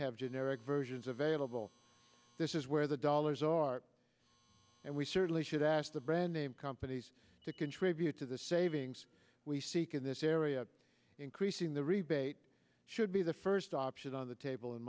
have generic versions available this is where the dollars are and we certainly should ask the brand name companies to contribute to the savings we seek in this area increasing the rebate should be the first option on the table in